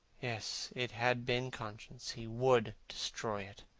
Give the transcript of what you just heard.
yes, it had been conscience. he would destroy it.